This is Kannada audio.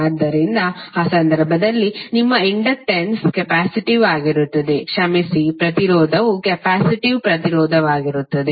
ಆದ್ದರಿಂದ ಆ ಸಂದರ್ಭದಲ್ಲಿ ನಿಮ್ಮ ಇಂಡಕ್ಟನ್ಸ್ ಕೆಪ್ಯಾಸಿಟಿವ್ ಆಗಿರುತ್ತದೆ ಕ್ಷಮಿಸಿ ಪ್ರತಿರೋಧವು ಕೆಪ್ಯಾಸಿಟಿವ್ ಪ್ರತಿರೋಧವಾಗಿರುತ್ತದೆ